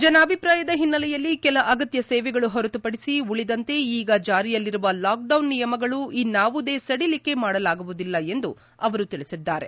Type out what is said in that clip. ಜನಾಭಿಪ್ರಾಯದ ಹಿನ್ನೆಲೆಯಲ್ಲಿ ಕೆಲ ಅಗತ್ತ ಸೇವೆಗಳು ಹೊರತುಪಡಿಸಿ ಉಳಿದಂತೆ ಈಗ ಜಾರಿಯಲ್ಲಿರುವ ಲಾಕ್ಡೌನ್ ನಿಯಮಗಳಲ್ಲಿ ಇನ್ನಾವುದೇ ಸಡಿಲಿಕೆ ಮಾಡಲಾಗುವುದಿಲ್ಲ ಎಂದು ಅವರು ತಿಳಿಸಿದ್ದಾರೆ